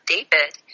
David